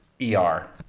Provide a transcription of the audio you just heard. E-R